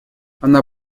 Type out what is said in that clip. она